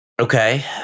Okay